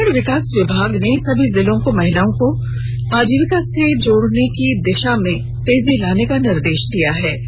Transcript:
ग्रामीण विकास विभाग ने सभी जिलों को महिलाओं को आजीविका से जोड़ने की दिशा में भी तेजी लाने का निर्देश दिया है